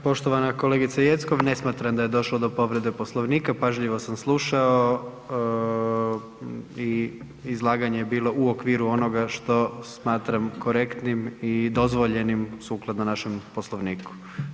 Poštovana kolegice Jeckov, ne smatram da je došlo do povrede Poslovnika, pažljivo sam slušao i izlaganje je bilo u okviru onoga što smatram korektnim i dozvoljenim sukladno našem Poslovniku.